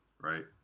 right